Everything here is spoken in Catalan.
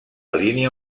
línia